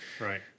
Right